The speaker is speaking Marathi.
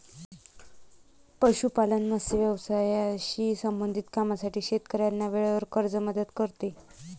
पशुपालन, मत्स्य व्यवसायाशी संबंधित कामांसाठी शेतकऱ्यांना वेळेवर कर्ज मदत करते